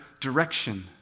direction